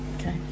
Okay